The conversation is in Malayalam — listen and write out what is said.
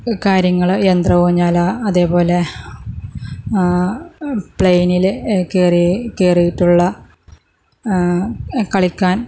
കാര്യങ്ങൾ യന്ത്ര ഊഞ്ഞാൽ അതേ പോലെ പ്ലെയിനിൽ കയറിയിട്ടുള്ള കളിക്കാൻ